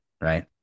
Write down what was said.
right